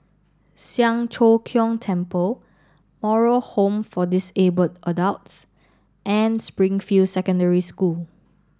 Siang Cho Keong Temple Moral Home for disabled adults and Springfield Secondary School